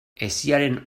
hesiaren